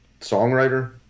songwriter